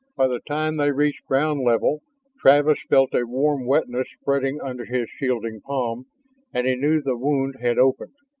by the time they reached ground level travis felt a warm wetness spreading under his shielding palm and he knew the wound had opened.